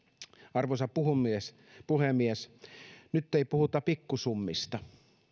arvoisa puhemies puhemies nyt ei puhuta pikkusummista